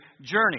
journey